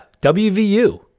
WVU